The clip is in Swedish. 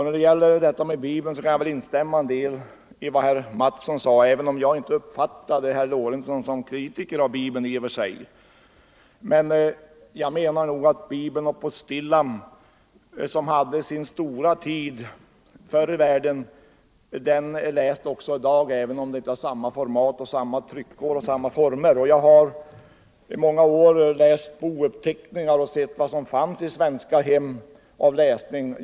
När det gäller detta med Bibeln kan jag väl instämma i en del av vad herr Mattsson i Lane-Herrestad sade, även om jag inte uppfattade Nr 120 herr Lorentzon som kritiker av Bibeln i och för sig. Men jag menar att Onsdagen den Bibeln och postillan, som hade sin stora tid förr i världen, är lästa också 13 november 1974 i dag, även om de inte har samma format och samma tryckår och samma I utseende. Allmänna flaggda Jag har under många år läst bouppteckningar och sett vad som fanns gar i svenska hem av läsning.